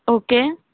okay